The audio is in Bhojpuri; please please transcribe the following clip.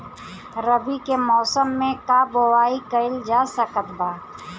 रवि के मौसम में का बोआई कईल जा सकत बा?